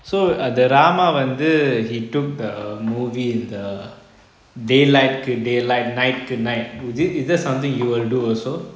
so err drama வந்து:vanthu he took err the movie the daylight to daylight night to night is it is that something you will do also